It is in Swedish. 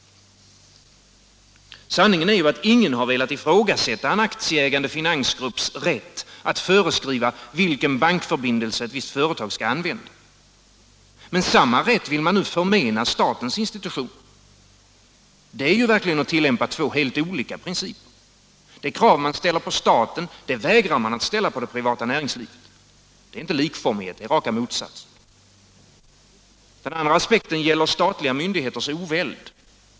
Sanningen är ju, att ingen har velat ifrågasätta en aktieägande finansgrupps rätt att föreskriva vilken bankförbindelse ett företag skall använda. Men samma rätt vill man nu förmena statens institutioner. Detta är verkligen att tillämpa två helt olika principer. Det krav man ställer på staten vägrar man att ställa på det privata näringslivet. Det är inte likformighet. Det är raka motsatsen. Den andra aspekten gäller statliga myndigheters oväld.